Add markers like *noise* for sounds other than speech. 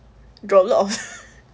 droplet of *laughs*